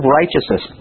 righteousness